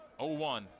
0-1